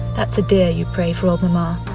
that's a dear you pray for old mama.